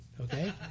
okay